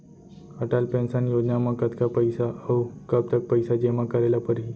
Atal pension Yojana म कतका पइसा, अऊ कब तक पइसा जेमा करे ल परही?